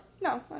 No